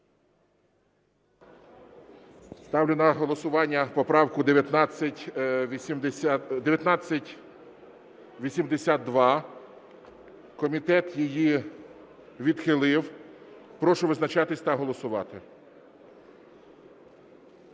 Ставлю на голосування поправку 1982. Комітет її відхилив. Прошу визначатися та голосувати.